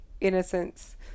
innocence